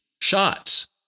Shots